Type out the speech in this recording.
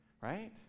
right